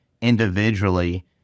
individually